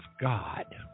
God